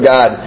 God